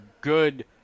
good